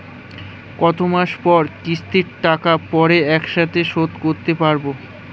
কত মাস পর কিস্তির টাকা পড়ে একসাথে শোধ করতে পারবো?